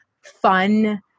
fun